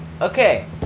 Okay